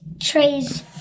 trees